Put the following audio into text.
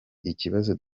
ikibazo